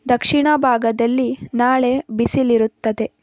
ದಕ್ಷಿಣ ಭಾಗದಲ್ಲಿ ನಾಳೆ ಬಿಸಿಲಿರುತ್ತದೆ